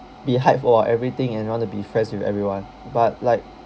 be hyped for everything and wanna be friends with everyone but like